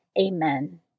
Amen